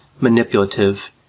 manipulative